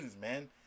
man